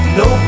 no